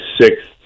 sixth